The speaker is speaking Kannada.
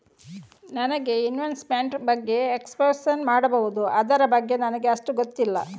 ನನಗೆ ಇನ್ವೆಸ್ಟ್ಮೆಂಟ್ ಬಗ್ಗೆ ಎಕ್ಸ್ಪ್ಲೈನ್ ಮಾಡಬಹುದು, ಅದರ ಬಗ್ಗೆ ನನಗೆ ಅಷ್ಟು ಗೊತ್ತಿಲ್ಲ?